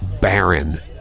Baron